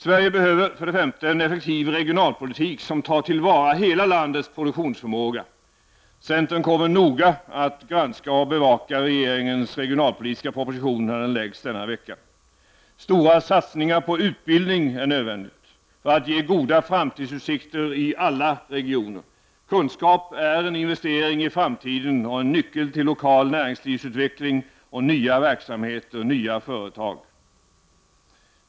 Sverige behöver en effektiv regionalpolitik, som tar till vara hela landets produktionsförmåga. Centern kommer noga att granska och bevaka regeringens regionalpolitiska proposition när den läggs fram denna vecka. Stora satsningar på utbildning är nödvändiga och ger goda framtidsutsikter i alla regioner. Kunskap är en investering i framtiden och en nyckel till lokal näringslivsutveckling med nya verksamheter och nya företag.